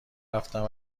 رفتم